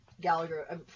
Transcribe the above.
Gallagher